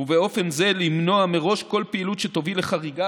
ובאופן זה למנוע מראש כל פעילות שתוביל לחריגה